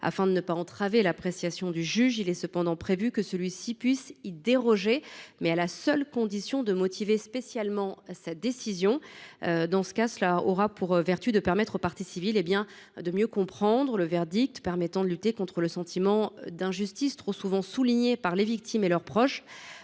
Afin de ne pas entraver l’appréciation du juge, il est cependant prévu que celui ci puisse y déroger, mais il devra motiver spécialement sa décision. Cela aura pour vertu de permettre aux parties civiles de mieux comprendre le verdict, et ainsi de lutter contre le sentiment d’injustice trop souvent souligné par les victimes et leurs proches.